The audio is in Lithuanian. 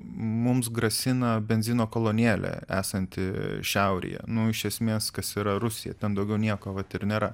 mums grasina benzino kolonėlė esanti šiaurėje nu iš esmės kas yra rusija ten daugiau nieko vat ir nėra